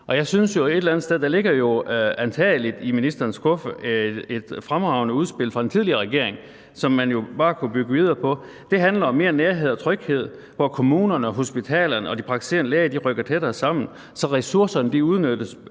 Der ligger jo antagelig i ministerens skuffe et fremragende udspil fra den tidligere regering, som man bare kunne bygge videre på. Det handler om mere nærhed og tryghed, idet kommunerne, hospitalerne og de praktiserende læger rykker tættere sammen, så ressourcerne udnyttes